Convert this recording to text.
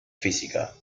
física